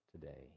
today